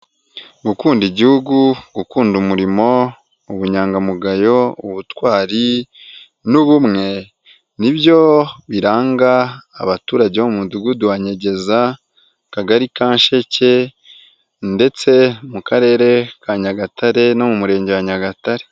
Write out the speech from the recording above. Gukunda igihugu, gukunda umurimo, ubunyangamugayo, ubutwari n'ubumwe ni nibyo biranga abaturage bo mu mudugudu wa Nyegeza, akagari ka Nsheke ndetse mu karere ka Nyagatare no mu Murenge wa Nyagatare.